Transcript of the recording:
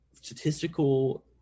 statistical